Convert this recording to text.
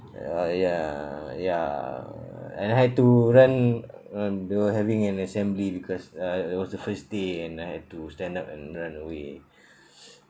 uh ya ya and I had to run um they were having an assembly because uh it was the first day and I had stand up and run away